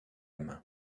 main